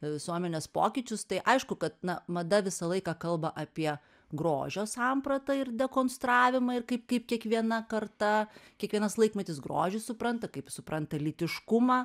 visuomenės pokyčius tai aišku kad na mada visą laiką kalba apie grožio sampratą ir dekonstravimą ir kaip kaip kiekviena karta kiekvienas laikmetis grožį supranta kaip jis supranta lytiškumą